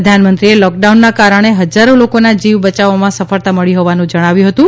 પ્રધાનમંત્રીએ લોકડાઉનના કારણ હજારો લોકોના જીવ બયાવવામાં સફળતા મળી હોવાનું જણાવ્યું હતું